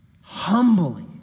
humbly